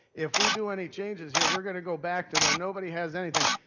if we do any changes here we're gonna go back to when nobody has anything.